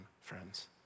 friends